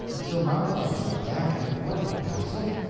and so mounted on horseback in the court of the castle,